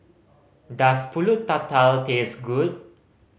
does Pulut Tatal taste good